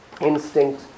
instinct